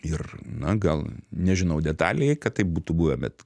ir na gal nežinau detaliai kad tai būtų buvę bet